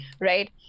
Right